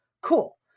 Cool